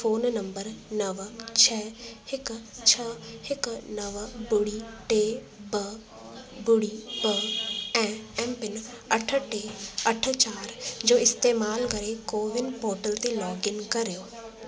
phone number नव छह हिकु छ्ह हिकु नव ॿुड़ी टे ॿ ॿुड़ी ॿ ऐं एमपिन अठ टे अठ चारि जो इस्तेमालु करे कोविन पोर्टल ते लॉगइन कर्यो